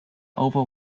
over